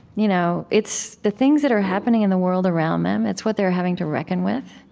you know it's the things that are happening in the world around them. it's what they're having to reckon with,